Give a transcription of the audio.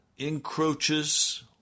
encroaches